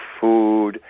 food